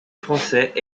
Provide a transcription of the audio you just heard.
français